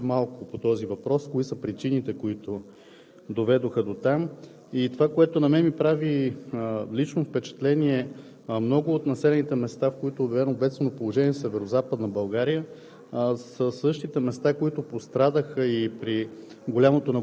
изложение тук от трибуната, но все пак нека да чуем още малко по този въпрос кои са причините, които доведоха до там. И това, което на мен лично ми прави впечатление, че в много от населените места, в които е обявено бедствено положение, са в Западна България